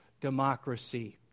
democracy